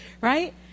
right